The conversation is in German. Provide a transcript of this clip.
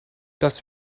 das